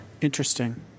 Interesting